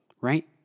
right